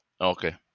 okay